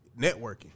networking